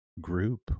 group